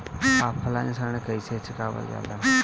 Offline ऋण कइसे चुकवाल जाला?